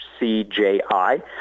CJI